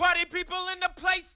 right right